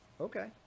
Okay